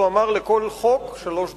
הוא אמר: לכל חוק שלוש דקות.